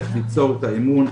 איך ליצור את האמון,